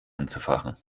anzufachen